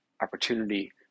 opportunity